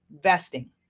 Vesting